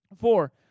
Four